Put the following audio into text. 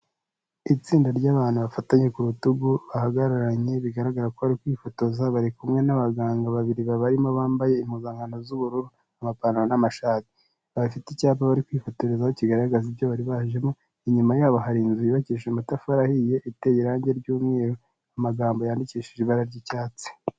Itsinda ry'abantu bafatanye ku rutugu bahagararanye bigaragara ko bari kwifotoza bari kumwe n'abaganga babiri barimo abambaye impuzankano z'ubururu, amapantaro n'amashati. Bafite icyapa bari kwifotorezaho kigaragaza ibyo bari bajemo, inyuma y'abo hari inzu yubakishije amatafari ahiye, iteye irangi ry'umweru, amagambo yandikishije ibara ry'icyatsi.